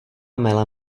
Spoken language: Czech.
mele